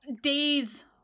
days